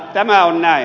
tämä on näin